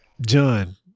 John